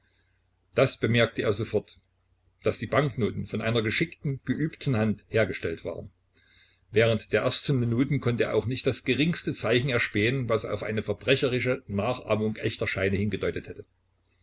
das bemerkte er sofort daß die banknoten von einer geschickten geübten hand hergestellt waren während der ersten minuten konnte er auch nicht das geringste zeichen erspähen was auf eine verbrecherische nachahmung echter scheine hingedeutet hätte